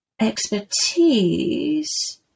expertise